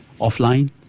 offline